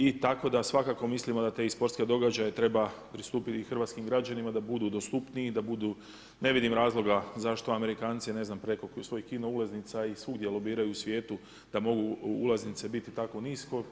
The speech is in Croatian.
I tako da svakako mislimo na da te i sportske događaje treba pristupiti i hrvatskim građana da budu dostupniji, da budu, ne vidim razloga zašto Amerikanci ne znam preko svojih kino ulaznica i svugdje lobiraju u svijetu da mogu ulaznice biti tako nisko.